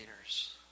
leaders